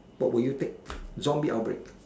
what you will take zombie outbreak